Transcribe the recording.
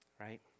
right